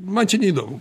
man čia neįdomu